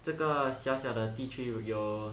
这个小小的地区有